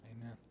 Amen